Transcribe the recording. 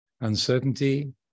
uncertainty